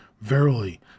Verily